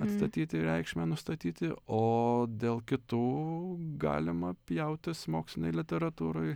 atstatyti reikšmę nustatyti o dėl kitų galima pjautis mokslinėj literatūroj